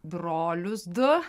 brolius du